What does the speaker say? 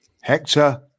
Hector